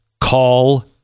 call